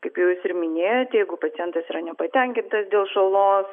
kaip jau jūs ir minėjote jeigu pacientas yra nepatenkintas dėl žalos